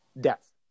death